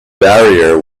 barrier